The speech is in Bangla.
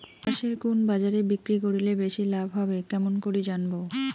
পাশের কুন বাজারে বিক্রি করিলে বেশি লাভ হবে কেমন করি জানবো?